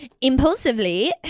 impulsively